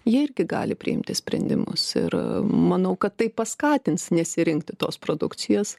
jie irgi gali priimti sprendimus ir manau kad tai paskatins nesirinkti tos produkcijos